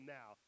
now